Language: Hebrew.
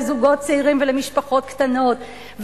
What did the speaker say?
לזוגות צעירים ולמשפחות קטנות,